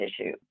issue